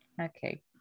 okay